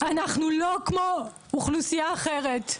אנחנו לא כמו אוכלוסייה אחרת.